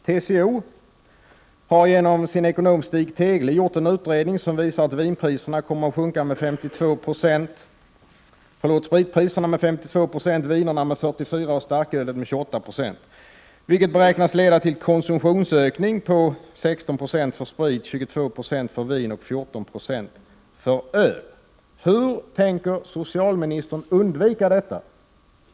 TCO har genom sin ekonom Stig Tegle gjort en utredning som visar att spritpriserna kommer att sjunka med 52 96, vinpriserna med 44 96 och starkölspriserna med 28 96, vilket beräknas leda till konsumtionsökning på 16 Yo för sprit, 22 2 för vin och 14 2 för öl. Hur tänker socialministern undvika detta?